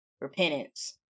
repentance